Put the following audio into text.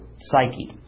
psyche